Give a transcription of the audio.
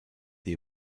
the